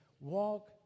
Walk